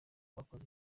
bakoze